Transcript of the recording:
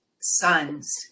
sons